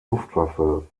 luftwaffe